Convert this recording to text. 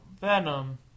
Venom